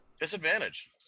Disadvantage